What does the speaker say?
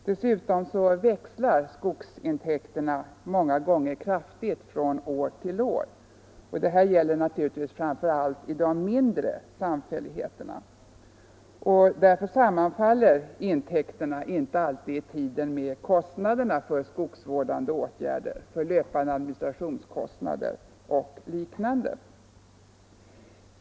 Dessutom växlar skogsintäkterna många gånger kraftigt från år till år — detta gäller naturligtvis framför allt i de mindre samfälligheterna — och därför sammanfaller intäkterna inte alltid i tiden med kostnaderna för skogsvårdande åtgärder, löpande administrationskostnader och liknande.